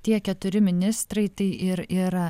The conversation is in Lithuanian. tie keturi ministrai tai ir yra